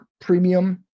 premium